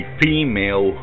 female